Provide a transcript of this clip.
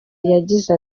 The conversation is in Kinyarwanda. yagize